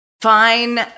Fine